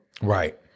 Right